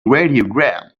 radiogram